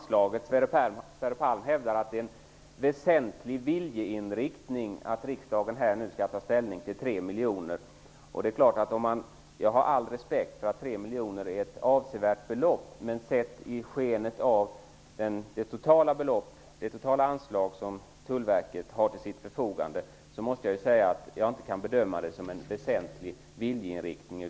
Sverre Palm hävdar att det är en väsentlig viljeinriktning, om riksdagen tar ställning för att öka anslaget med 3 miljoner kronor. Jag har all respekt för att 3 miljoner kronor är ett avsevärt belopp, men sett i skenet av det totala anslag som Tullverket har till sitt förfogande måste jag säga att jag inte kan bedöma det som en väsentlig viljeinriktning.